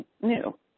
new